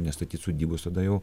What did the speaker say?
nestatyt sodybos tada jau